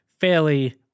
fairly